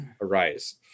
arise